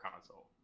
console